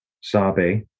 sabe